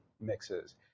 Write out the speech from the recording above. mixes